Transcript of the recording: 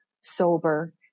sober